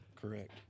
Correct